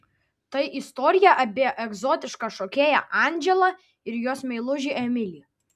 tai istorija apie egzotišką šokėją andželą ir jos meilužį emilį